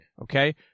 okay